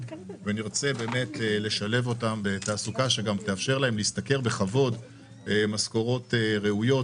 ונרצה לשלב אותן בתעסוקה שתאפשר להן להשתכר משכורות ראויות.